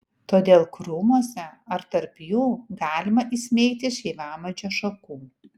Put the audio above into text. todėl krūmuose ar tarp jų galima įsmeigti šeivamedžio šakų